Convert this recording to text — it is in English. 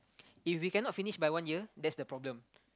if you cannot finish by one year that's the problem